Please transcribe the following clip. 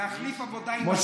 להחליף עבודה עם השרים.